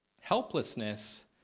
helplessness